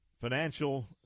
financial